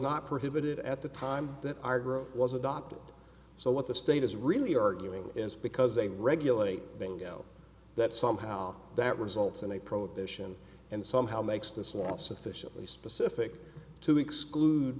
not prohibited at the time that our growth was adopted so what the state is really arguing is because they regulate bingo that somehow that results in a prohibition and somehow makes this law sufficiently specific to exclude